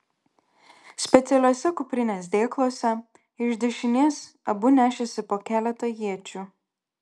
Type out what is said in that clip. specialiuose kuprinės dėkluose iš dešinės abu nešėsi po keletą iečių